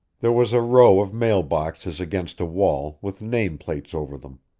there was a row of mail boxes against a wall, with name plates over them.